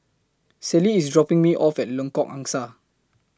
Celie IS dropping Me off At Lengkok Angsa